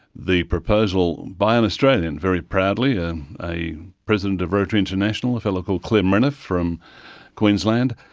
the proposal, by an australian very proudly, ah a president of rotary international, a fellow called clem renouf from queensland,